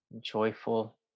joyful